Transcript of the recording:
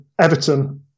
Everton